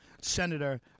senator